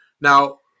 Now